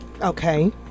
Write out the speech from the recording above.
Okay